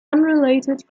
unrelated